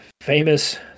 famous